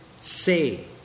say